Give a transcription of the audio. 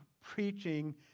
preaching